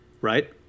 Right